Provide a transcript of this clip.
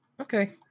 Okay